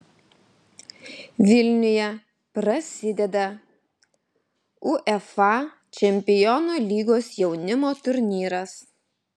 vilniuje prasideda uefa čempionų lygos jaunimo turnyras